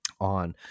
on